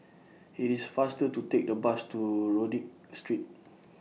IT IS faster to Take The Bus to Rodyk Street